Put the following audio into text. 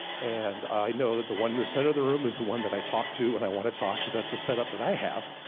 and i know that the one in the center of the room. is the one that i talk to when and i wanna talk. cause that's the setup that i have.